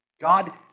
God